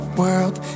world